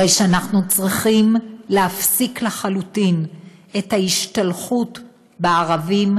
הרי שאנחנו צריכים להפסיק לחלוטין את ההשתלחות בערבים,